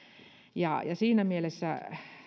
siinä mielessä